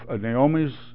Naomi's